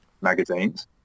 magazines